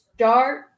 Start